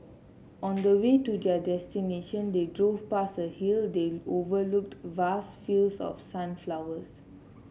on the way to their destination they drove past a hill that overlooked vast fields of sunflowers